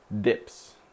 dips